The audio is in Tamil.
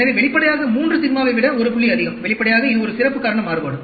எனவே வெளிப்படையாக 3 சிக்மாவை விட 1 புள்ளி அதிகம் வெளிப்படையாக இது ஒரு சிறப்பு காரண மாறுபாடு